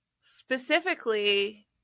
Specifically